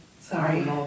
sorry